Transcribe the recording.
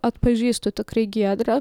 atpažįstu tikrai giedrą